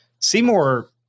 Seymour